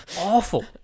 awful